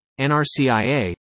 NRCIA